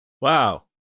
Wow